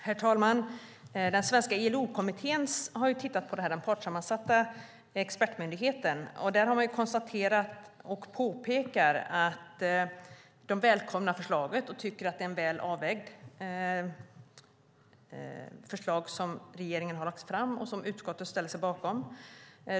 Herr talman! Den svenska ILO-kommittén och den partssammansatta expertmyndigheten har tittat på förslaget och välkomnar det. De tycker att det är ett väl avvägt förslag som regeringen har lagt fram och som utskottet ställer sig bakom.